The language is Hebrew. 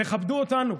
תכבדו אותנו.